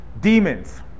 demons